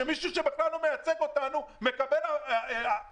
שמישהו שבכלל לא מייצג אותנו מקבל סיכום כזה?